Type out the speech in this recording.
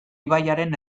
ibaiaren